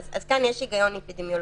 אז כאן יש היגיון אפידמיולוגי.